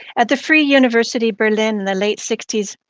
at the free university berlin in the lae ate sixty s,